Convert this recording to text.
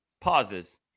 pauses